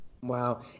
Wow